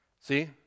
See